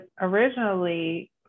originally